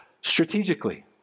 strategically